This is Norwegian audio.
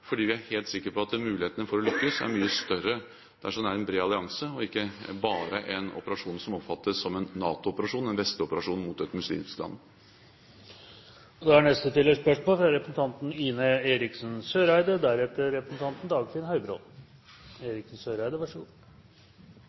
fordi vi er helt sikre på at mulighetene for å lykkes er mye større dersom det er en bred allianse, og ikke bare en operasjon som oppfattes som en NATO-operasjon – en vestlig operasjon mot et muslimsk land. Ine M. Eriksen Søreide